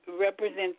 represent